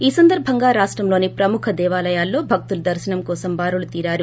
ఈ సందర్బంగా రాష్టంలోని ప్రముఖ దేవాలయాల్లో భక్తులు దర్చనం కోసం బారులు తీరారు